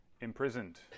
imprisoned